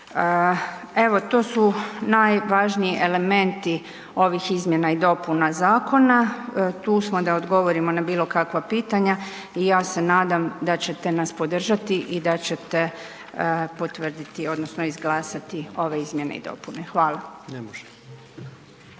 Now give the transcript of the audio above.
Evo, to su najvažniji elementi ovih izmjena i dopuna zakona, tu smo da odgovorimo na bilo kakva pitanja i ja se nadam da ćete nas podržati i da ćete potvrditi odnosno izglasati ove izmjene i dopune. Hvala.